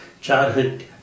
childhood